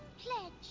pledge